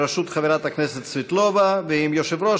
בראשות חברת הכנסת סבטלובה ועם יושבת-ראש